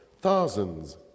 thousands